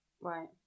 Right